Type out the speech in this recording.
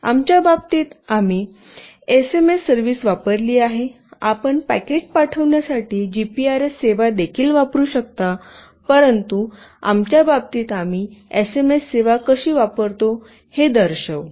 आमच्या बाबतीत आम्ही एसएमएस सर्व्हिस वापरली आहे आपण पॅकेट पाठविण्यासाठी जीपीआरएस सेवा देखील वापरू शकता परंतु आमच्या बाबतीत आम्ही एसएमएस सेवा कशी वापरतो हे दर्शवू